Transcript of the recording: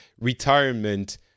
retirement